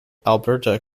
alberta